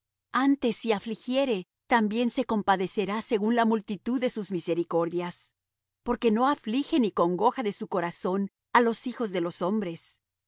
antes si afligiere también se compadecerá según la multitud de sus misericordias porque no aflige ni congoja de su corazón á los hijos de los hombres